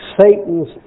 Satan's